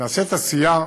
נעשית עשייה,